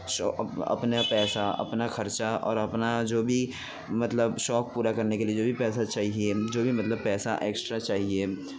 شوق اپنا پیسہ اپنا خرچہ اور اپنا جو بھی مطلب شوق پورا کرنے کے لیے جو بھی پیسہ چاہیے جو بھی مطلب پیسہ ایکسٹرا چاہیے